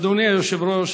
אדוני היושב-ראש,